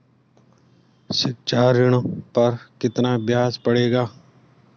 शिक्षा ऋण पर कितना ब्याज पड़ेगा?